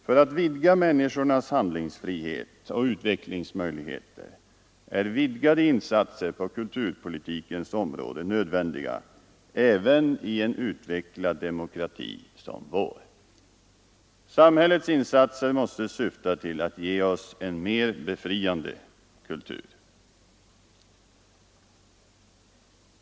För att vidga människornas handlingsfrihet och utvecklingsmöjligheter är vidgade insatser på kulturpolitikens område nödvändiga även i en utvecklad demokrati som vår. Samhällets insatser måste syfta till att ge oss en mer befriande kultur.